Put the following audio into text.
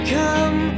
come